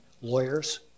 lawyers